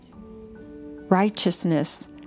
Righteousness